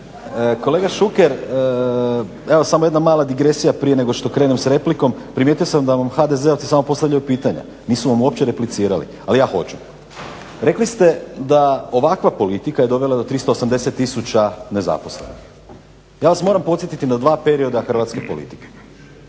Kolega Šuker, evo samo jedna mala digresija prije nego što krenem s replikom, primijetio sam da vam HDZ-ovci samo postavljaju pitanja, nisu vam uopće replicirali, ali ja hoću. Rekli ste da ovakva politika je dovela do 380 tisuća nezaposlenih. Ja vas moram podsjetiti na dva perioda hrvatske politike